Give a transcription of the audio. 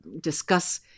discuss